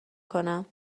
کنم